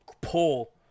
pull